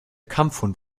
kampfhund